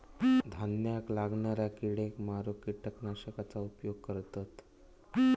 धान्यावर लागणाऱ्या किडेक मारूक किटकनाशकांचा उपयोग करतत